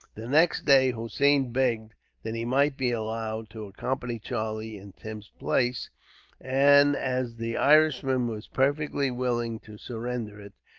the next day, hossein begged that he might be allowed to accompany charlie in tim's place and as the irishman was perfectly willing to surrender it,